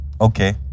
Okay